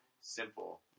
simple